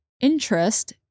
interest